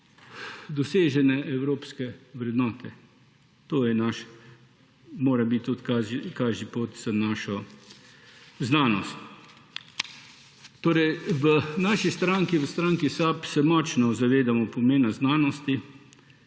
dosežene evropske vrednote. To je naš, mora biti tudi kažipot za našo znanost. Torej v naši stranki, stranki SAB, se močno zavedamo pomena znanosti